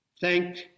Thank